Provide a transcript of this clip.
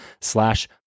slash